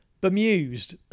Bemused